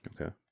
Okay